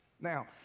Now